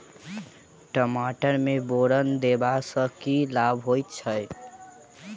टमाटर मे बोरन देबा सँ की लाभ होइ छैय?